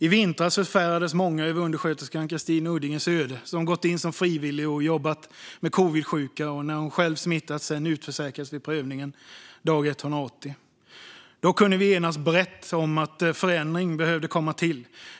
I vintras förfärades många över undersköterskan Christine Uddinges öde, som gått in som frivillig och jobbat med covidsjuka. När hon sedan själv smittades utförsäkrades hon vid prövningen dag 180. Då kunde vi enas brett om att det behövdes en förändring.